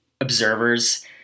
observers